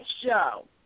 show